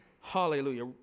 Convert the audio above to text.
Hallelujah